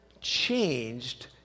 changed